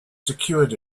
secured